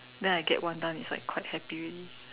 then I get one dan is like quite happy already